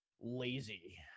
lazy